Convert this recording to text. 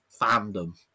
fandom